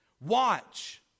watch